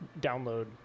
download